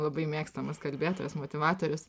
labai mėgstamas kalbėtojas motyvatorius